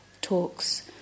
talks